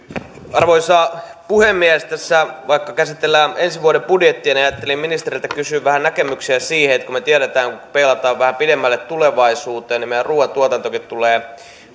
arvoisa puhemies vaikka tässä käsitellään ensi vuoden budjettia ajattelin ministeriltä kysyä vähän näkemyksiä siihen että kun me tiedämme kun peilaamme vähän pidemmälle tulevaisuuteen niin meidän ruuantuotantokin tulee